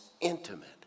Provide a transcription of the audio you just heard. intimate